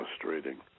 frustrating